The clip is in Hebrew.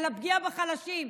על הפגיעה בחלשים,